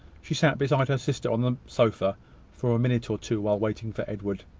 she sat beside her sister on the sofa for a minute or two, while waiting for edward.